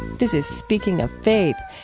this is speaking of faith.